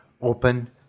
open